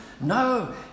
No